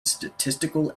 statistical